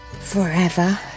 forever